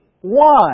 one